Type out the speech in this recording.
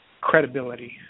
credibility